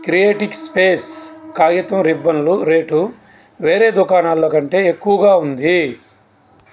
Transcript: క్రియేటిక్ space కాగితం రిబ్బన్లు rate వేరే దుకాణాల్లో కంటే ఎక్కువగా ఉంది